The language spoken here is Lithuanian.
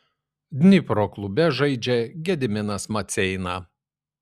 dnipro klube žaidžia gediminas maceina